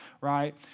right